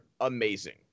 amazing